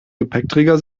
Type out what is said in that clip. gepäckträger